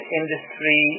industry